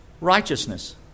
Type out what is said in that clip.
righteousness